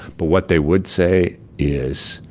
but what they would say is,